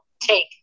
take